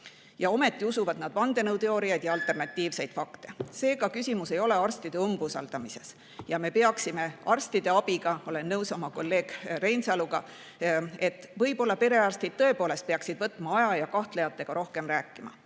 Ja ometi usuvad nad vandenõuteooriaid ja alternatiivseid fakte. Seega, küsimus ei ole arstide umbusaldamises. Ja me peaksime arstide abiga [midagi tegema]. Olen nõus kolleeg Reinsaluga, et võib-olla perearstid tõepoolest peaksid aega võtma ja kahtlejatega rohkem rääkima.